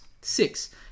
Six